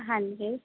ਹਾਂਜੀ